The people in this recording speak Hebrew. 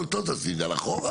תעשי את זה אחורה.